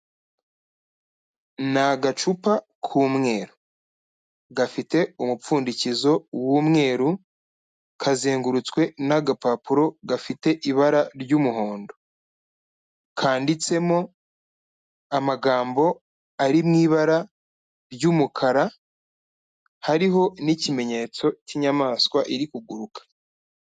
Ni agacupa k'umweru gafite umupfundikizo w'umweru kazengurutswe n'agapapuro gafite ibara ry'umuhondo kanditsemo amagambo ari mu ibara ry'umukara hariho n'ikimenyetso cy'inyamaswa iri kuguruka.